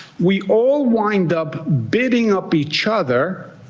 we all wind up bidding up each other